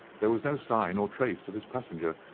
there was no sign or trace of his passenger,